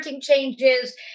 changes